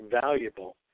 valuable